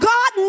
God